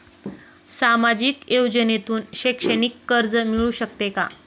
सामाजिक योजनेतून शैक्षणिक कर्ज मिळू शकते का?